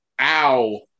Ow